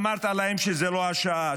אמרת להם שזו לא השעה,